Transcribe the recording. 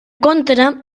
contra